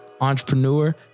entrepreneur